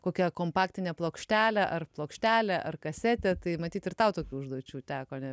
kokią kompaktinę plokštelę ar plokštelę ar kasetę tai matyt ir tau tokių užduočių teko ne